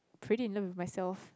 pretty in love with myself